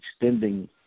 extending